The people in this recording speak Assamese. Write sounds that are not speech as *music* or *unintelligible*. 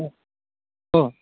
*unintelligible* অঁ